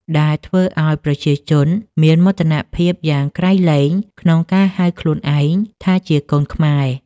ដែលធ្វើឱ្យប្រជាជនមានមោទនភាពយ៉ាងក្រៃលែងក្នុងការហៅខ្លួនឯងថាជា កូនខ្មែរ។